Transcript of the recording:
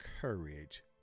courage